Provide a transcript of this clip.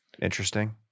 interesting